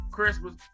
Christmas